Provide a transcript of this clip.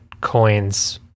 coins